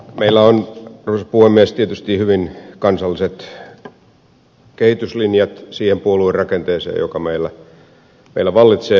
meillä on tietysti hyvin kansalliset kehityslinjat siihen puoluerakenteeseen joka meillä vallitsee